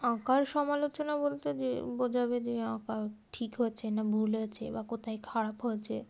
আঁকার সমালোচনা বলতে যে বোঝাবে যে আঁকা ঠিক হয়েছে না ভুল হয়েছে বা কোথায় খারাপ হয়েছে